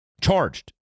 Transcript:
Charged